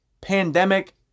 pandemic